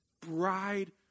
bride